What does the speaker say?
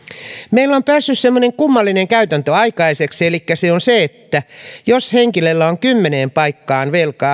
meillä on päässyt kummallinen käytäntö aikaiseksi elikkä jos henkilöllä on kymmeneen paikkaan velkaa